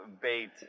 bait